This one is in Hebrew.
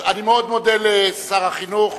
אני מאוד מודה לשר החינוך